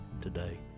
today